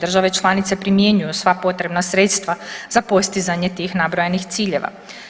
Države članice primjenjuju sva potrebna sredstva za postizanje tih nabrojanih ciljeva.